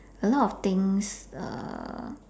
a lot of things uh